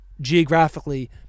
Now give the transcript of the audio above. geographically